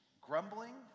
grumbling